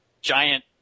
giant